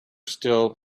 still